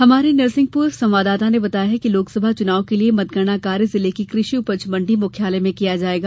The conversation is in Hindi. हमारे नरसिंहपुर संवाददाता ने बताया कि लोकसभा चुनाव के लिये मतगणना कार्य जिले की कृषि उपज मंडी मुख्यालय में किया जाएगा